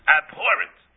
abhorrent